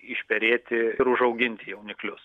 išperėti ir užauginti jauniklius